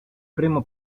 primo